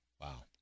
Wow